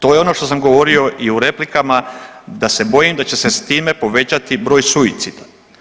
To je ono što sam govorio i u replikama da se bojim da će se sa time povećati broj suicida.